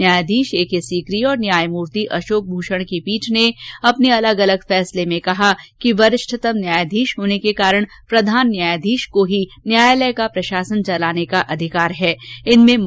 न्यायाघीश A K Sikri और न्यायमूर्ति अशोक भूषण की पीठ ने अपनेअलग अलग फैसले में कहा कि वरिष्ठतम न्यायाधीश होने के कारण प्रघान न्यायाधीश कोही न्यायालय का प्रशासन चलाने का अधिकार है इनमें मुकदमों का आवंटन भी शामिल है